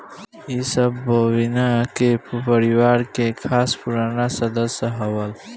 इ सब बोविना के परिवार के खास पुराना सदस्य हवन